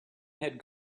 had